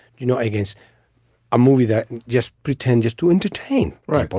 you know, against a movie that just pretend just to entertain. right. but